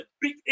big